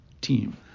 team